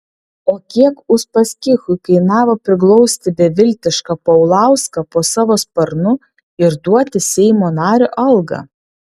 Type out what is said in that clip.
o kiek uspaskichui kainavo priglausti beviltišką paulauską po savo sparnu ir duoti seimo nario algą